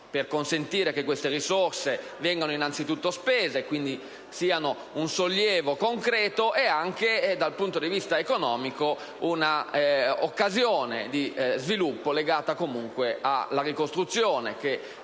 per consentire che queste risorse vengano innanzitutto spese e quindi siano un sollievo concreto ed anche, dal punto di vista economico, un'occasione di sviluppo legata comunque alla ricostruzione, che